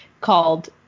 called